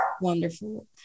wonderful